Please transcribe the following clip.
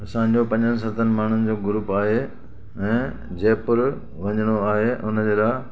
असांजो पंजनि सतनि माण्हुनि जो ग्रुप आहे ऐं जयपुर वञिणो आहे उन जे लाइ